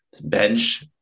bench